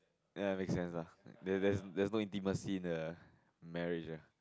ya make sense lah there there's there's no intimacy in the marriage eh